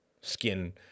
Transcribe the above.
skin